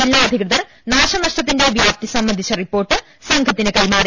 ജില്ലാ അധികൃതർ നാശനഷ്ടത്തിന്റെ വ്യാപ്തി സംബന്ധിച്ച റിപ്പോർട്ട് സംഘത്തിന് കൈമാറി